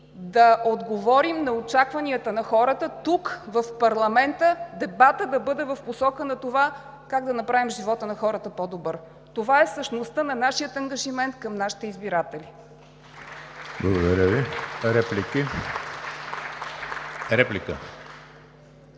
да отговорим на очакванията на хората – тук, в парламента, дебатът да бъде в посока на това как да направим живота на хората по-добър. Това е същността на нашия ангажимент към нашите избиратели.